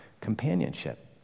companionship